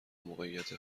موقعیت